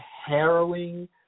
harrowing